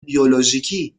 بیولوژیکی